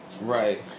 Right